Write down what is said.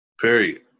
Period